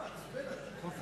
חבר